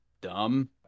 dumb